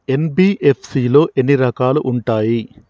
NBFC లో ఎన్ని రకాలు ఉంటాయి?